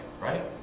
right